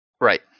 Right